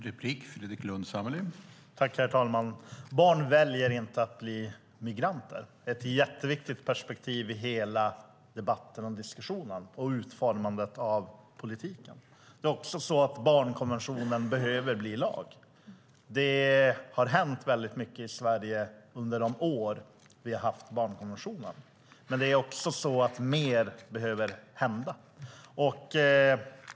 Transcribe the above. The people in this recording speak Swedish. Herr talman! Barn väljer inte att bli migranter. Det är ett jätteviktigt perspektiv i hela debatten, diskussionen och utformandet av politiken. Det är också så att barnkonventionen behöver bli lag. Det har hänt väldigt mycket i Sverige under de år vi har haft barnkonventionen, men det är också så att mer behöver hända.